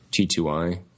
T2I